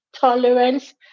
tolerance